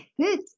good